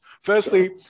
Firstly